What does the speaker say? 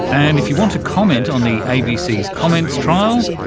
and if you want to comment on the abc comments trial,